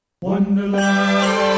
Wonderland